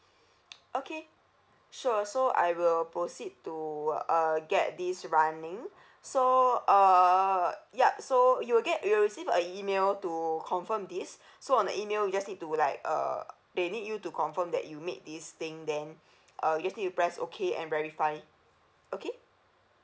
okay sure so I will proceed to uh get this running so uh yup so you will get you will receive a email to confirm this so on the email you just need to like uh they need you to confirm that you made this thing then uh you just need to press okay and verify okay